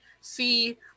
see